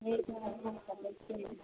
ठीक है घूमकर देखते हैं